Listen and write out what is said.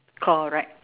correct